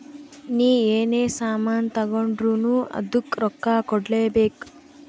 ನೀ ಎನೇ ಸಾಮಾನ್ ತಗೊಂಡುರ್ನೂ ಅದ್ದುಕ್ ರೊಕ್ಕಾ ಕೂಡ್ಲೇ ಬೇಕ್